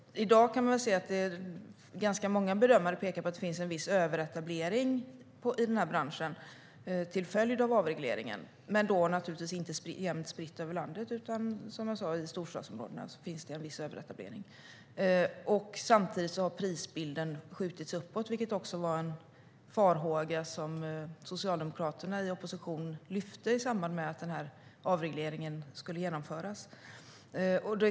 I dag pekar ganska många bedömare på att det finns en viss överetablering i den här branschen till följd av avregleringen, men då naturligtvis inte jämnt spridd över landet. Som jag sa finns det en viss överetablering i storstadsområdena. Samtidigt har priset skjutits uppåt, vilket också var en farhåga som Socialdemokraterna i opposition lyfte fram i samband med att avregleringen skulle genomföras.